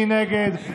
מי נגד?